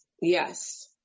Yes